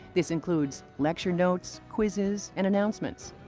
this includes lecture notes, quizzes, and announcements.